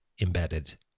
embedded